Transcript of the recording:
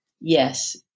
Yes